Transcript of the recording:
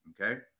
okay